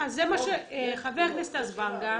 חבר הכנסת אזברגה,